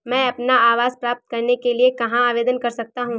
मैं अपना आवास प्राप्त करने के लिए कहाँ आवेदन कर सकता हूँ?